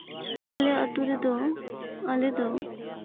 ᱟᱞᱮ ᱟᱹᱛᱩ ᱨᱮᱫᱚ ᱟᱞᱮ ᱫᱚ